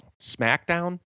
SmackDown